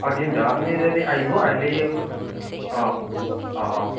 অ' দিম দক আপুনি যদি আহিব আহিলে অ' অ' অ'